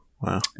Wow